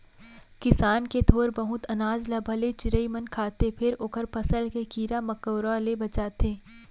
किसान के थोर बहुत अनाज ल भले चिरई मन खाथे फेर ओखर फसल के कीरा मकोरा ले बचाथे